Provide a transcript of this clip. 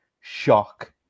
Shock